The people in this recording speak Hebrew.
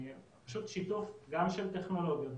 פשוט שיתוף גם של טכנולוגיות,